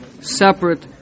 separate